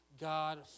God